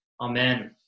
Amen